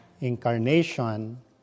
incarnation